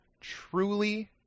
truly